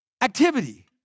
Activity